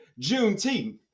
Juneteenth